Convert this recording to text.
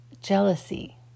jealousy